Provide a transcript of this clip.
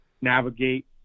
navigate